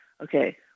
okay